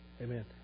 Amen